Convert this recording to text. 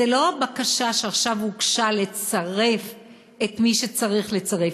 זו לא בקשה שעכשיו הוגשה, לצרף את מי שצריך לצרף.